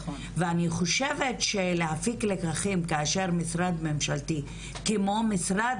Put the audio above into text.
ואני חושבת שלהפיק לקחים כאשר משרד ממשלתי כמו משרד